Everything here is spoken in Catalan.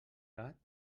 gat